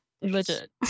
legit